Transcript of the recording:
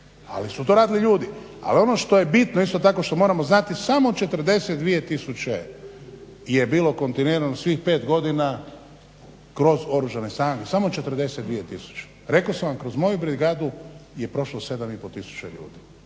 ali su to radili ljudi. Ali ono što je bitno isto tako što moramo znati samo 42 tisuće je bilo kontinuirano svih pet godina kroz oružane snage samo 42 tisuće. Rekao sam vam kroz moju brigadu je prošlo 7,5 tisuća ljudi.